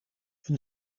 een